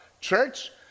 church